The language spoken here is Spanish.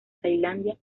tailandia